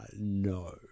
No